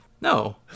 No